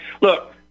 Look